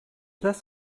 tas